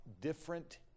different